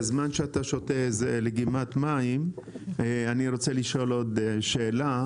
בזמן שאתה שותה איזו לגימת מים אני רוצה לשאול עוד שאלה.